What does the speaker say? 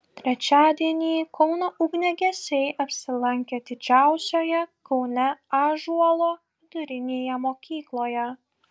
trečiadienį kauno ugniagesiai apsilankė didžiausioje kaune ąžuolo vidurinėje mokykloje